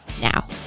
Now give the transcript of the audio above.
now